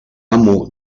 amo